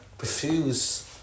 refuse